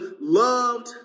loved